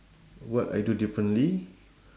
what I do differently